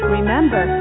Remember